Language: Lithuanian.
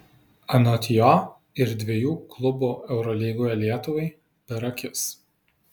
anot jo ir dviejų klubų eurolygoje lietuvai per akis